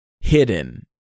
hidden